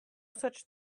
such